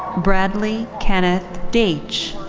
bradley kenneth daitch.